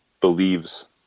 believes